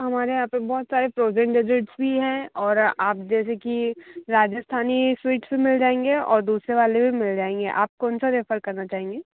हमारे यहाँ पर बहुत सारे फ्रोजेन डेजेर्टस भी हैं और आप जैसे कि राजस्थानी स्वीट्स भी मिल जाएंगे और दूसरे वाले भी मिल जाएंगे आप कौन सा रेफर करना चाहेंगी